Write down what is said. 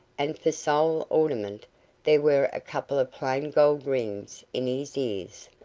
and for sole ornament there were a couple of plain gold rings in his ears.